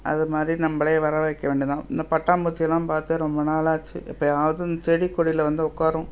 அதுமாதிரி நம்மளே வர வைக்க வேண்டிதான் இந்த பட்டாம்பூச்செல்லாம் பார்த்தே ரொம்ப நாள் ஆச்சு எப்பயாவது இந்த செடி கொடியில் வந்து உக்காரும்